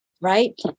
right